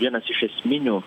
vienas iš esminių